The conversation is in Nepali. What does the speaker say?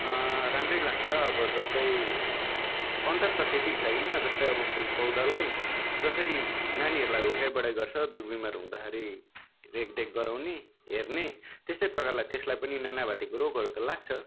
राम्रै लाग्छ अब जस्तै अन्तर त त्यति छैन जस्तै अब फुल पौधालाई जसरी नानीहरूलाई हुर्काई बढाई गर्छ दुःख बिमार हुँदाखेरि रेखदेख गराउने हेर्ने त्यस्तै प्रकारले त्यसलाई पनि नाना भाँतीको रोगहरू त लाग्छ